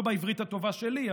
לא בעברית הטובה שלי,